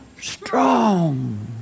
strong